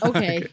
Okay